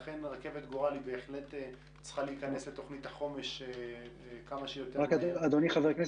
לכן רכבת גורל צריכה להיכנס לתוכנית החומש --- אם לתקן